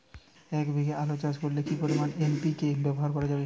এক বিঘে আলু চাষ করলে কি পরিমাণ এন.পি.কে ব্যবহার করা যাবে?